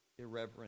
irreverent